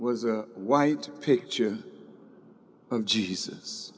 was a white picture of jesus